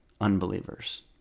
unbelievers